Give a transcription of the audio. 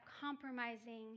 compromising